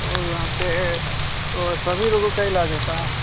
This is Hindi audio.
और वहाँ पे वो सभी लोगों का इलाज होता है